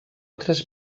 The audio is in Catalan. tres